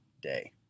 day